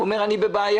הוא אמר שהוא בבעיה,